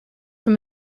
from